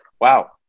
wow